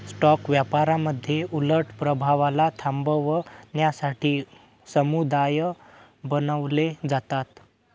stock व्यापारामध्ये उलट प्रभावाला थांबवण्यासाठी समुदाय बनवले जातात